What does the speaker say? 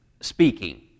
speaking